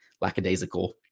lackadaisical